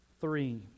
three